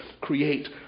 create